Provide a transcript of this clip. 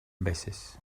veces